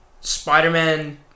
Spider-Man